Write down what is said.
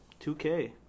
2K